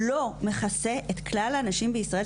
לא מכסה את כלל האנשים בישראל,